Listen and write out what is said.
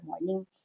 morning